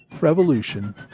Revolution